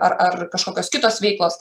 ar ar kašokios kitos veiklos